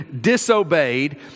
disobeyed